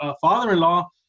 father-in-law